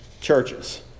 churches